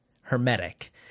hermetic